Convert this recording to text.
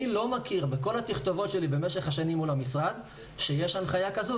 אני לא מכיר בכל התכתובות שלי במשך השנים מול המשרד שיש הנחיה כזו,